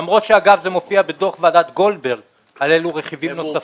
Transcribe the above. למרות שאגב זה מופיע בדוח ועדת גולדברג על אילו רכיבים נוספים מדובר.